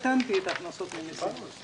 בכך הקטנתי את ההכנסות ממיסים.